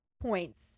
points